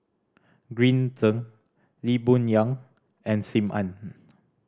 Green Zeng Lee Boon Yang and Sim Ann